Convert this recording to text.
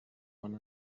one